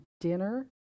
dinner